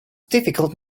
difficult